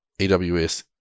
AWS